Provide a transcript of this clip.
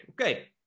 Okay